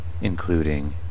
including